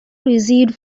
received